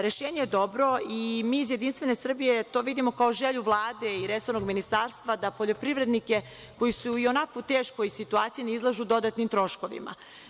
Rešenje je dobro i mi iz JS to vidimo kao želju Vlade i resornog ministarstva da poljoprivrednike, koji su i u onako teškoj situaciji, ne izlažu dodatnim troškovima.